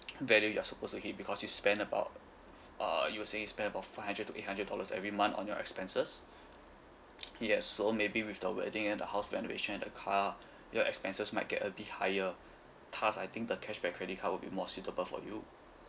value you're supposed to hit because you spend about uh you were saying you spent about five hundred to eight hundred dollars every month on your expenses yes so maybe with the wedding and the house renovation and the car your expenses might get a bit higher thus I think the cashback credit card will be more suitable for you